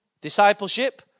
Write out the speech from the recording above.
discipleship